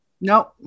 No